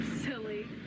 silly